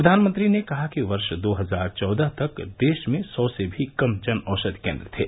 प्रधानमंत्री ने कहा कि वर्ष दो हजार चौदह तक देश में सौ से भी कम जन औषधि केन्द्र थे